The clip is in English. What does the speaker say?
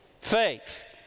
faith